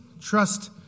Trust